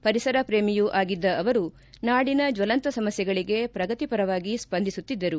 ಪರಿಸರ ಪ್ರೇಮಿಯೂ ಆಗಿದ್ದ ಅವರು ನಾಡಿನ ಜ್ವಲಂತ ಸಮಸ್ಯೆಗಳಿಗೆ ಪ್ರಗತಿಪರವಾಗಿ ಸ್ವಂದಿಸುತ್ತಿದ್ದರು